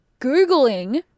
Googling